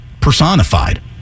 personified